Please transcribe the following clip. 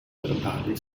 verbale